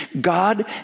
God